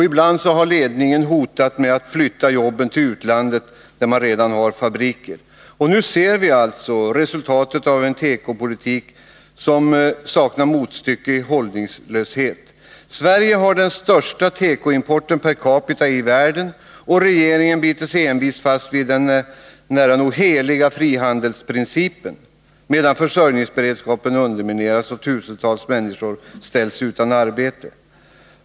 Ibland har ledningen hotat med att flytta jobben till utlandet, där man redan har fabriker. Nu ser vi alltså resultatet av en tekopolitik som saknar motstycke i hållningslöshet. Sverige har den största tekoimporten per capita i världen. Ändå biter sig regeringen envist fast vid den nära nog heliga frihandelsprincipen, medan försörjningsberedskapen undermineras och tusentals människor ställs utan arbete.